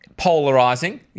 Polarizing